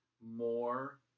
more